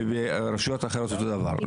וברשויות אחרות אותו דבר.